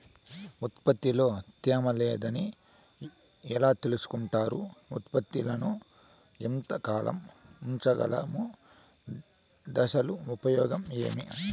ఉత్పత్తి లో తేమ లేదని ఎలా తెలుసుకొంటారు ఉత్పత్తులను ఎంత కాలము ఉంచగలము దశలు ఉపయోగం ఏమి?